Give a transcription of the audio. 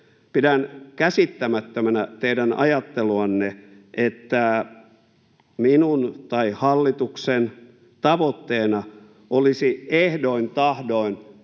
Pidän käsittämättömänä teidän ajatteluanne, että minun tai hallituksen tavoitteena olisi ehdoin tahdoin